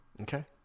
Okay